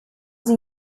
sie